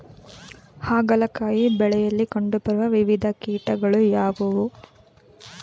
ಹಾಗಲಕಾಯಿ ಬೆಳೆಯಲ್ಲಿ ಕಂಡು ಬರುವ ವಿವಿಧ ಕೀಟಗಳು ಯಾವುವು?